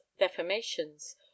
defamations